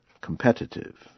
competitive